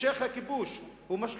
המשך הכיבוש הוא משחית.